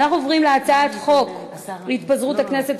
אנחנו עוברים להצעת חוק התפזרות הכנסת